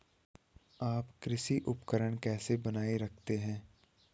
आप कृषि उपकरण कैसे बनाए रखते हैं?